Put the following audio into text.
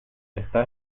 está